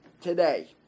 Today